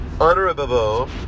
honorable